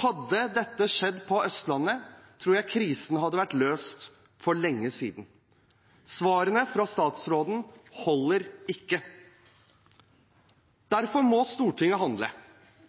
Hadde dette skjedd på Østlandet, tror jeg krisen hadde vært løst for lenge siden. Svarene fra statsråden holder ikke. Derfor må Stortinget handle.